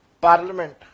Parliament